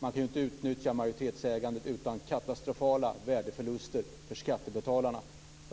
Man kan inte utnyttja majoritetsägandet utan katastrofala värdeförluster för skattebetalarna.